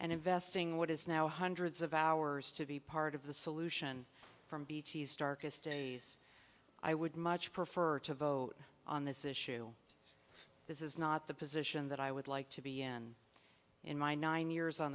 and investing what is now hundreds of hours to be part of the solution from b t s darkest days i would much prefer to vote on this issue this is not the position that i would like to be in in my nine years on